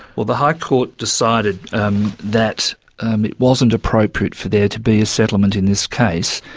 well, the high court decided um that um it wasn't appropriate for there to be a settlement in this case,